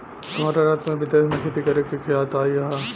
हमरा रात में विदेश में खेती करे के खेआल आइल ह